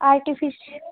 આર્ટિફિશ